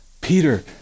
Peter